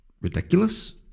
ridiculous